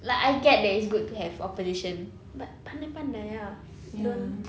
like I get that it's good to have opposition but pandai-pandai ah don't